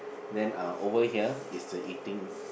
then uh over here is the eating